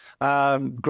Great